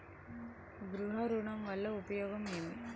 గృహ ఋణం వల్ల ఉపయోగం ఏమి?